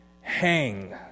hang